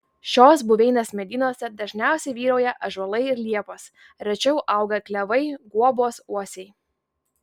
šios buveinės medynuose dažniausiai vyrauja ąžuolai ir liepos rečiau auga klevai guobos uosiai